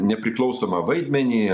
nepriklausomą vaidmenį